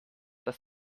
dass